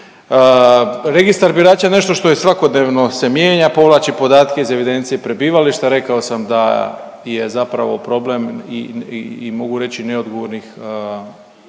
Registar birača je nešto što je svakodnevno se mijenja, povlači podatke iz evidencije prebivališta. Rekao sam da je zapravo problem i mogu reći neodgovornih